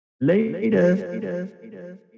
Later